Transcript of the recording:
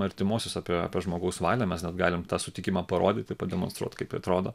artimuosius apie apie žmogaus valią mes net galim tą sutikimą parodyti pademonstruot kaip tai atrodo